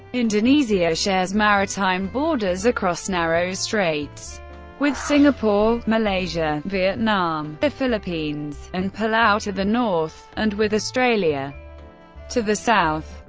indonesia shares maritime borders across narrow straits with singapore, malaysia, vietnam, the philippines, and palau to the north, and with australia to the south.